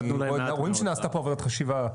באמת, רואים שנעשתה פה עבודת חשיבה.